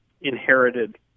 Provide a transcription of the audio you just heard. inherited